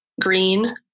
green